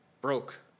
broke